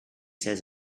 says